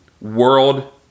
world